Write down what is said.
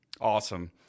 Awesome